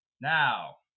Now